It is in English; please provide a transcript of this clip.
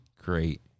great